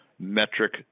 Metric